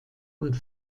und